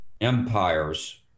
empires